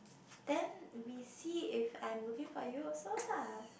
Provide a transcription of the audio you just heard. then we see if I'm looking for you also lah